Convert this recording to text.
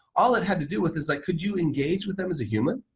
all it had to do with this like could you engage with them as a human?